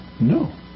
No